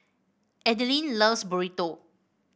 Adilene loves Burrito